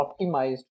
optimized